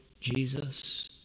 Jesus